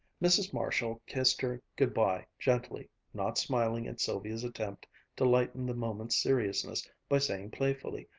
mrs. marshall kissed her good-bye gently, not smiling at sylvia's attempt to lighten the moment's seriousness by saying playfully,